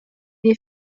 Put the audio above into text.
est